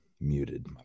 muted